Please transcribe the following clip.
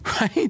Right